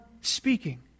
speaking